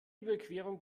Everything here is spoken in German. überquerung